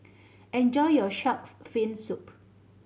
enjoy your Shark's Fin Soup